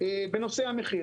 בנושא המחיר.